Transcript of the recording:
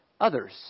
others